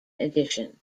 edition